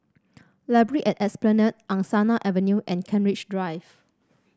library at Esplanade Angsana Avenue and Kent Ridge Drive